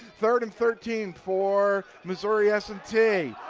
third and thirteen for missouri s and t.